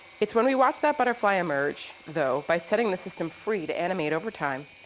it's when we watch that butterfly emerge, though, by setting the system free to animate over time,